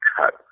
cut